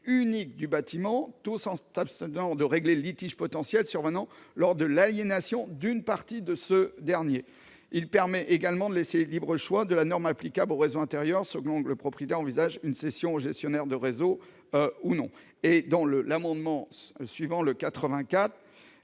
unique du bâtiment sans régler le litige pouvant survenir lors de l'aliénation d'une partie de ce dernier. Elle permettra enfin de laisser le libre choix de la norme applicable au réseau intérieur selon que le propriétaire envisage une cession au gestionnaire de réseau ou non. L'amendement n° 84,